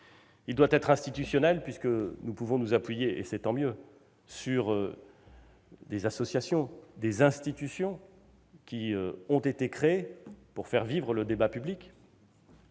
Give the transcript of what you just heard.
Il doit être institutionnel, puisque nous pouvons nous appuyer- et c'est tant mieux -sur des associations, des institutions créées pour faire vivre le débat public,